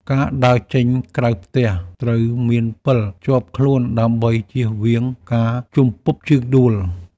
ការដើរចេញក្រៅផ្ទះត្រូវមានពិលជាប់ខ្លួន ដើម្បីជៀសវាងការជំពប់ជើងដួល។